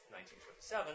1927